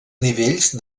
nivells